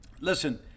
Listen